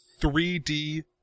3D